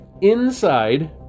inside